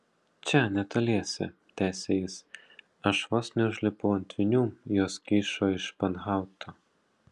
čia netoliese tęsė jis aš vos neužlipau ant vinių jos kyšo iš španhauto